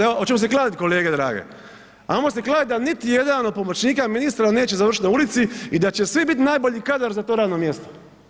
Evo hoćemo se kladiti kolege drage, ajmo se kladiti da niti jedan od pomoćnika ministra neće završiti na ulici i da će svi biti najbolji kadar za to radno mjesto.